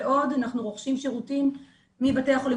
ועוד אנחנו רוכשים שירותים מבתי החולים